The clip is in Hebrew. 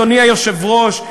אדוני היושב-ראש,